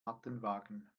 mattenwagen